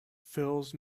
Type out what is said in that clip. fills